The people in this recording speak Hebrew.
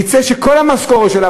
יצא שכל המשכורת שלה,